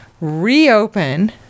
reopen